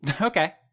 Okay